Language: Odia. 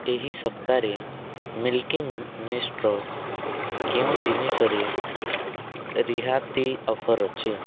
ଏହି ସପ୍ତାରେ ମିଲ୍କି ମିଷ୍ଟ୍ର କେଉଁ ଜିନିଷରେ ରିହାତି ଅଫର୍ ଅଛି